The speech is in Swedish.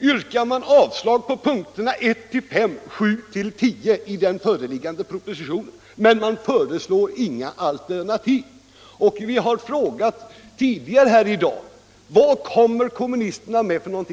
yrkas avslag på punkterna 1-4 och 6-10 i propositionen, men motionärerna föreslår inga alternativ. Vi har tidigare här i dag frågat: Vad kommer kommunisterna med?